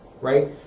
right